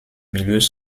milieux